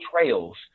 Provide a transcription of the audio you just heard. trails